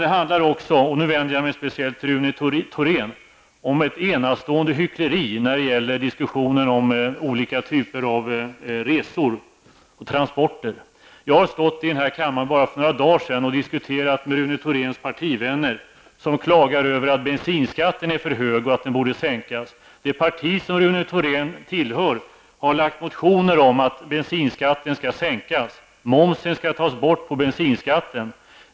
Det handlar också om, och nu vänder jag mig speciellt till Rune Thorén, ett enastående hyckleri i diskussionen om olika typer av resor och transporter. Jag stod i den här kammaren för bara några dagar sedan och diskuterade med Rune Thoréns partivänner som klagar över att bensinskatten är för hög och menar att den borde sänkas. Det parti som Rune Thorén tillhör har motionerat om att bensinskatten skall sänkas och att momsen skall tas bort från bensinskatten.